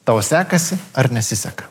tau sekasi ar nesiseka